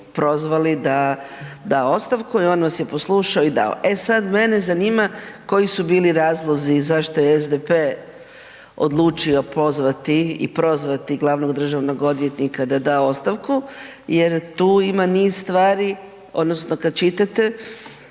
prozvali da da ostavku i on vas je poslušao i dao. E sad, mene zanima koji su bili razlozi, zašto je SDP odlučio pozvati i prozvati glavnog državnog odvjetnika da da ostavku jer tu ima niz stvari, odnosno kad čitate